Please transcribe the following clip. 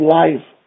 life